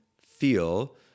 feel